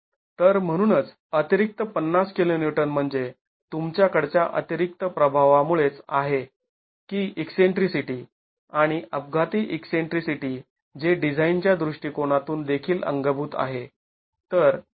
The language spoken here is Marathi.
तर म्हणूनच अतिरिक्त ५० kN म्हणजे तुमच्या कडच्या अतिरिक्त प्रभावामुळेच आहे की ईकसेंट्रीसिटी आणि अपघाती ईकसेंट्रीसिटी जे डिझाईन च्या दृष्टिकोनातून देखील अंगभूत आहे